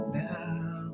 now